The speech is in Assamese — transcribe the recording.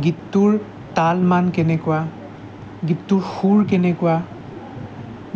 গীতটোৰ তাল মান কেনেকুৱা গীতটোৰ সুৰ কেনেকুৱা